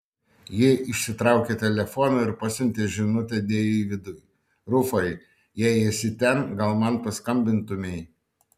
ji išsitraukė telefoną ir pasiuntė žinutę deividui rufai jei esi ten gal man paskambintumei